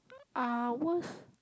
uh worst